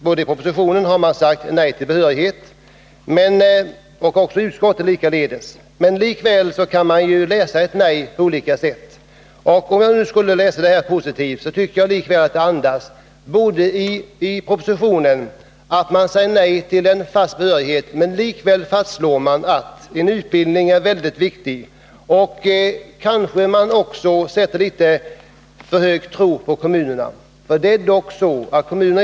Både i propositionen och i utskottsbetänkandet säger man nej till kravet på behörighet. Ett nej kan emellertid läsas på olika sätt. Eftersom man i propositionen visserligen säger nej till kravet på behörighet men likväl fastslår att utbildning är viktig, tycker jag ändå att propositionen andas en positiv inställning till frågan. Kanske man dock hyser för stor tro till kommunerna.